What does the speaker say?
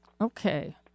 Okay